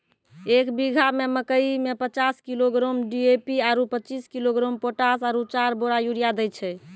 एक बीघा मे मकई मे पचास किलोग्राम डी.ए.पी आरु पचीस किलोग्राम पोटास आरु चार बोरा यूरिया दैय छैय?